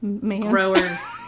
grower's